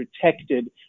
protected